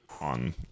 on